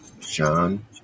Sean